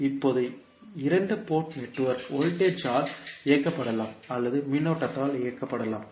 இப்போது இரண்டு port network voltage ஆல் இயக்கப்படலாம் அல்லது மின்னோட்டத்தால் இயக்கப்படலாம்